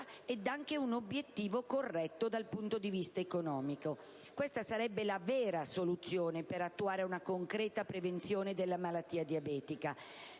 e anche a un obiettivo corretto dal punto di vista economico. Questa sarebbe la vera soluzione per attuare una concreta prevenzione della malattia diabetica.